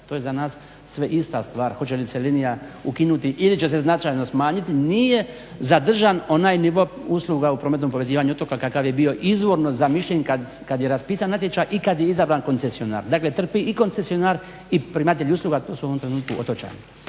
To je za nas sve ista stvar hoće li se linija ukinuti ili će se značajno smanjiti. Nije zadržan onaj nivo usluga u prometnom povezivanju otoka kakav je bio izvorno zamišljen kad je raspisan natječaj i kad je izabran i koncesionar, dakle trpi i koncesionar i primatelj usluga, to su u ovom trenutku otočani.